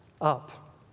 up